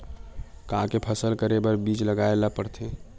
का के फसल करे बर बीज लगाए ला पड़थे?